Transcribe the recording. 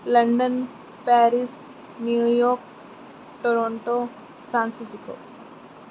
London Paris New York Toronto San Francisco